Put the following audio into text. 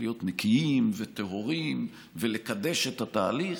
להיות נקיים וטהורים ולקדש את התהליך,